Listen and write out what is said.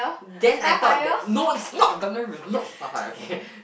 then I thought that no it's not okay